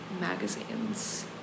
magazines